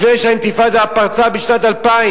לפני שהאינתיפאדה פרצה בשנת 2000,